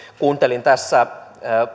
kuuntelin tässä